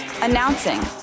announcing